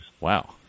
Wow